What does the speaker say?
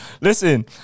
Listen